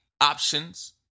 options